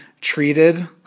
treated